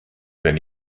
wenn